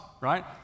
right